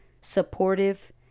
supportive